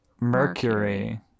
Mercury